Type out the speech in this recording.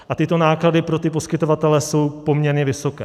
A tyto náklady pro poskytovatele jsou poměrně vysoké.